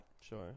Sure